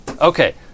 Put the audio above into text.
Okay